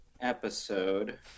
episode